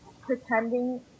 pretending